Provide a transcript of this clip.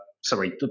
Sorry